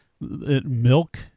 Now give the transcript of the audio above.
Milk